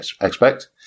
expect